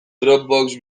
dropbox